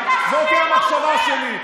זאת הסברה שלי.